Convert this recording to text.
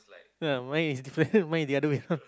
ah mine is different mine is the other way round